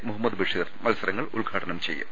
മുഹമ്മദ് ബഷീർ മത്സരങ്ങൾ ഉദ്ഘാ ടനം ചെയ്യും